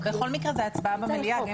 בכל מקרה זאת הצבעה במליאה.